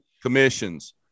commissions